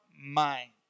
mind